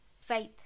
faith